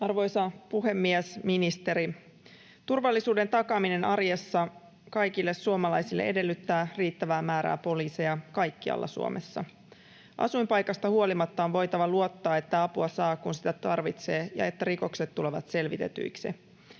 Arvoisa puhemies! Ministeri! Turvallisuuden takaaminen arjessa kaikille suomalaisille edellyttää riittävää määrää poliiseja kaikkialla Suomessa. Asuinpaikasta huolimatta on voitava luottaa, että apua saa, kun sitä tarvitsee ja että rikokset tulevat selvitetyiksi.